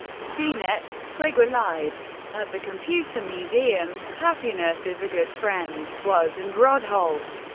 cnet twiggy lives! at the computer museum happiness is a good friend woz and rod holt.